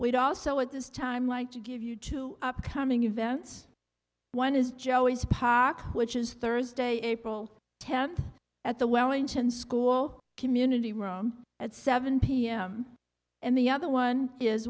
we'd also at this time like to give you two upcoming events one is joey's pock which is thursday april tenth at the wellington school community room at seven p m and the other one is